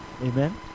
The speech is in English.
amen